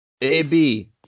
AB